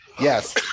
Yes